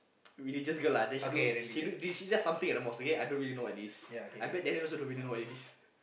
religious girl lah then she do she do this she does something at the mosque okay I don't really know what it is I bet Daniel also don't really know what it is